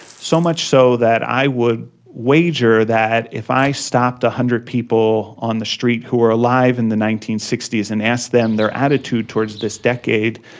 so much so that i would wager that if i stopped one hundred people on the street who were alive in the nineteen sixty s and asked them their attitude towards this decade,